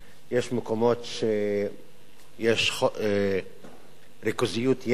יש מקומות שיש ריכוזיות יתר,